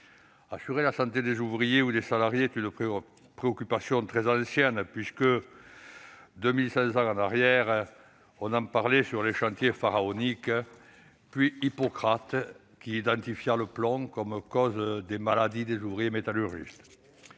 Assurer la santé des ouvriers ou des salariés est une préoccupation ancienne : il y a 2 500 ans, on en parlait déjà sur les chantiers pharaoniques. Plus près de nous, Hippocrate identifia le plomb comme cause des maladies des ouvriers métallurgistes.